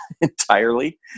entirely